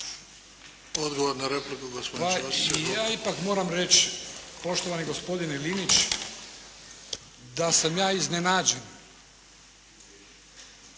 Odgovor na repliku gospodin Ćosić.